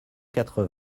quatre